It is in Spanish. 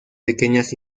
pequeñas